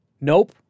nope